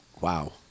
Wow